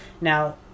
Now